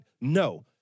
No